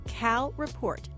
calreport